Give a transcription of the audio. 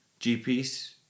GPs